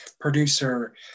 producer